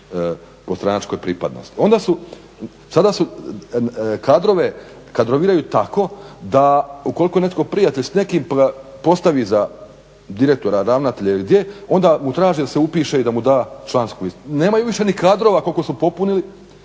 po stranačkoj pripadnosti. Onda su, sada su kadrove kadroviraju tako da ukoliko je netko prijatelj s nekim pa ga postavi za direktora, ravnatelja ili gdje onda mu traže da se upiše i da mu da člansku iskaznicu. Nemaju više ni kadrova koliko su popunili,